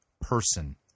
person